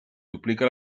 duplica